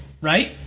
right